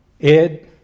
Ed